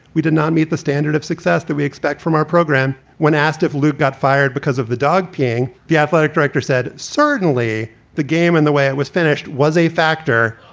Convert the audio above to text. we did not meet the standard of success that we expect from our program. when asked if luke got fired because of the dog peeing, the athletic director said certainly the game and the way it was finished was a factor,